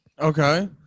Okay